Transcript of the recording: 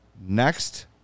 Next